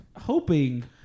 hoping